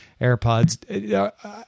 AirPods